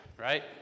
right